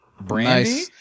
Brandy